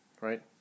right